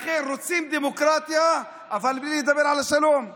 לכן, רוצים דמוקרטיה אבל בלי לדבר על השלום.